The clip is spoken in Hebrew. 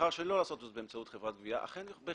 שתבחר שלא לעשות זאת באמצעות חברת גבייה בהחלט